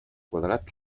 quadrats